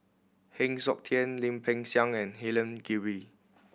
Heng Siok Tian Lim Peng Siang and Helen Gilbey